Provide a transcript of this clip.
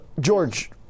George